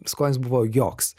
skonis buvo joks